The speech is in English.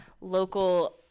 local